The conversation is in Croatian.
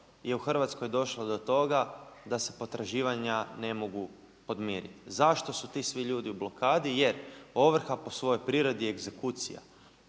je u Hrvatskoj došlo do toga da se potraživanja ne mogu podmiriti, zašto su ti svi ljudi u blokadi. Jer ovrha po svojoj prirodi je egzekucija,